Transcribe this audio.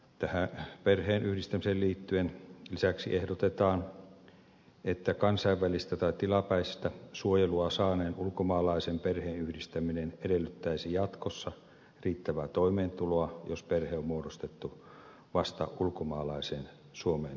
tähän perheenyhdistämiseen liittyen lisäksi ehdotetaan että kansainvälistä tai tilapäistä suojelua saaneen ulkomaalaisen perheenyhdistäminen edellyttäisi jatkossa riittävää toimeentuloa jos perhe on muodostettu vasta ulkomaalaisen suomeen tulon jälkeen